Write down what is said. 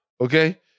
Okay